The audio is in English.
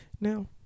now